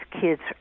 kids